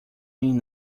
mean